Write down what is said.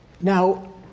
Now